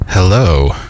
Hello